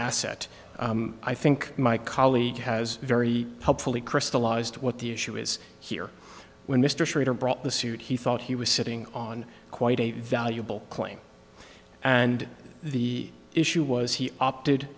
asset i think my colleague has very helpfully crystallized what the issue is here when mr schrader brought the suit he thought he was sitting on quite a valuable claim and the issue was he opted